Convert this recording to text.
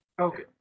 Okay